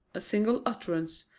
a single utterance,